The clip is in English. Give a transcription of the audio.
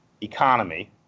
economy